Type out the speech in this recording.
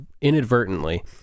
Inadvertently